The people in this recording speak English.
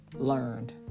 learned